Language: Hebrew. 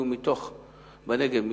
בנגב,